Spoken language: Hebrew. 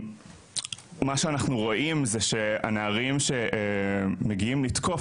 מה שאנחנו רואים זה שהנערים שמגיעים לתקוף,